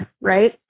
right